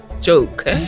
joke